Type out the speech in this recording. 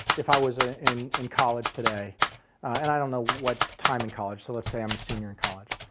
if i was ah in in college today and i don't know what time in college. so let's say i'm a senior in college.